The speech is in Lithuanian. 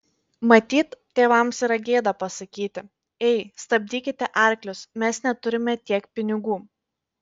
matyt tėvams yra gėda pasakyti ei stabdykite arklius mes neturime tiek pinigų